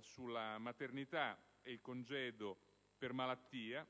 sulla maternità e il congedo per malattia,